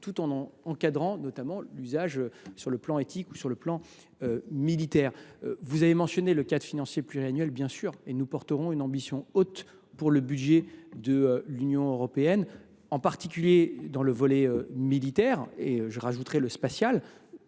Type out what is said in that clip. tout en encadrant, notamment, son usage sur le plan éthique ou militaire. Vous avez mentionné le cadre financier pluriannuel. Bien sûr, nous défendrons une ambition haute pour le budget de l’Union européenne, en particulier son volet militaire, auquel j’ajouterai le spatial,